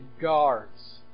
guards